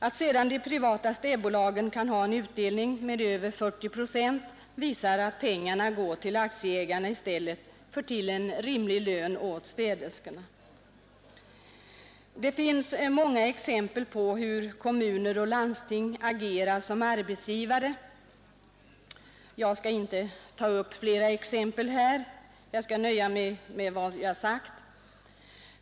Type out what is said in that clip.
Att sedan de privata städbolagen kan ha en utdelning av över 40 procent visar, att pengarna går till aktieägarna i stället för till rimlig lön åt städerskorna. Det finns många exempel på hur kommuner och landsting agerar som arbetsgivare. Jag skall inte ta upp flera exempel här, utan jag skall nöja mig med detta.